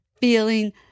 feeling